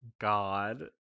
God